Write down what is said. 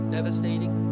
Devastating